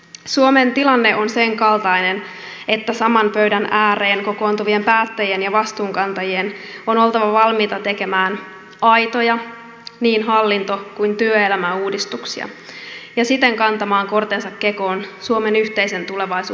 suomen tilanne on sen kaltainen että saman pöydän ääreen kokoontuvien päättäjien ja vastuunkantajien on oltava valmiita tekemään aitoja niin hallinto kuin työelämäuudistuksia ja siten kantamaan kortensa kekoon suomen yhteisen tulevaisuuden eteen